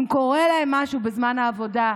אם קורה להם משהו בזמן העבודה,